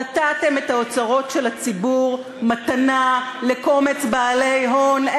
נתתם את האוצרות של הציבור מתנה לקומץ בעלי הון.